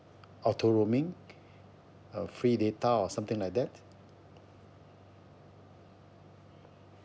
auto roaming or free data or something like that